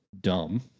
dumb